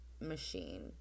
machine